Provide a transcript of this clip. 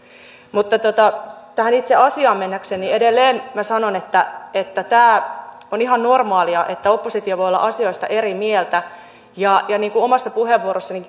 mutta tähän itse asiaan mennäkseni edelleen minä sanon että että on ihan normaalia että oppositio voi olla asioista eri mieltä niin kuin omassa puheenvuorossani